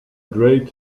great